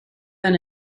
than